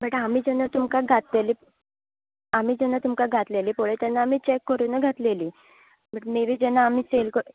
but आमी जेन्ना तुमका घातलेंली आमी जेन्ना तुमका घातलेलें पळय तेन्ना आमी चेक करून घातलेली बट मे बी जेन्ना आमी सेल कर